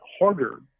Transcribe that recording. harder